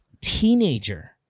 teenager